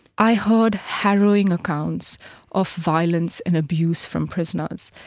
i heard harrowing accounts of violence and abuse from prisoners.